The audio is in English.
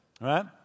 Right